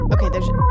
Okay